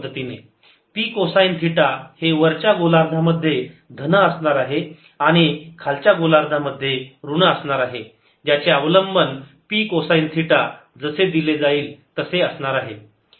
P cosine theta हे वरच्या गोलार्धामध्ये धन असणार आहे आणि खालच्या गोलार्धामध्ये ऋण असणार आहे ज्याचे अवलंबन P कोसाईन थिटा जसे देईल तसे असणार आहे